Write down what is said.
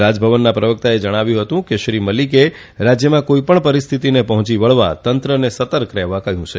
રાજભવનના પ્રવક્તાએ જણાવ્યું હતું કે શ્રી મલીકે રાજ્યમાં કોઇપણ પરિહ્યતિને પહોંચી વળવા તંત્રને સતર્ક રહેવા કહ્યું છે